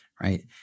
right